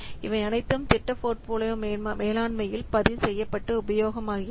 இவை அனைத்தும் திட்டபோர்ட்ஃபோலியோ மேலாண்மையில் பதிவு செய்யப்பட்டு உபயோகமாகிறது